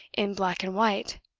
in black and white?